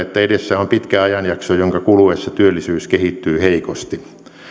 että edessä on pitkä ajanjakso jonka kuluessa työllisyys kehittyy heikosti